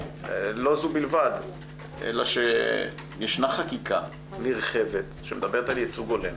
לו זו בלבד אלא שישנה חקיקה נרחבת שמדברת על ייצוג הולם,